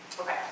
Okay